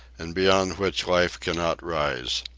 and beyond which life cannot rise.